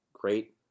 great